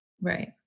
Right